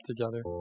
together